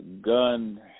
gun